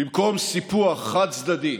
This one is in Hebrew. במקום סיפוח חד-צדדי,